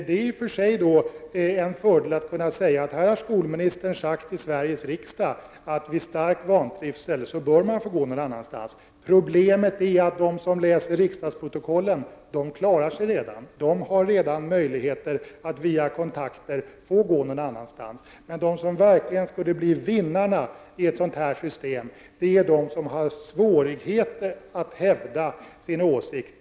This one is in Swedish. Detta är skolvardag i Sverige 1990. Elever, som starkt vantrivs och vill gå någon annanstans, vägras att göra detta av skolmyndigheterna. Visst är det så. Problemet är att de som kan hänvisa till riksdagsprotokollen redan klarar sig; de har redan möjligheter att via kontakter få gå någon annanstans. Men de som verkligen skulle bli vinnarna i ett sådant här system är de som har svårigheter att hävda sin åsikt.